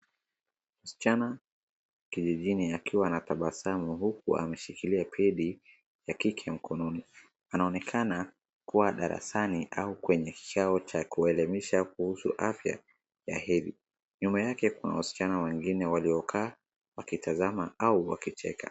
Msichana kijijini akiwa na tabasamu huku ameshikilia pedi ya kike mkononi, anaonekana kuwa darasani au kwenye kikao cha kuelimisha kuhusu afya ya hedhi. Nyuma yake kuna wasichana wengine waliokaa, wakitazama au wakicheka.